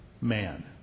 man